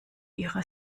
ihrer